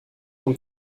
vom